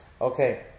Okay